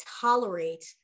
tolerate